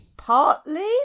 Partly